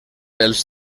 els